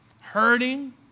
hurting